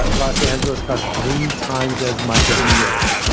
but los angeles costs three times as much as new york.